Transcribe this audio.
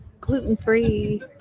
gluten-free